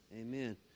Amen